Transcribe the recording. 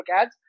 ads